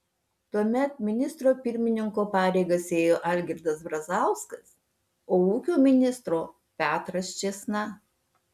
tuomet ministro pirmininko pareigas ėjo algirdas brazauskas o ūkio ministro petras čėsna